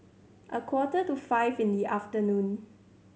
a quarter to five in the afternoon